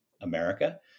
America